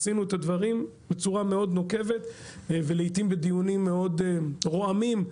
עשינו את הדברים בצורה נוקבת מאוד ולעיתים בדיונים רועמים מאוד,